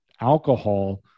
alcohol